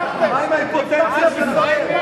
מה עם האימפוטנציה שלכם?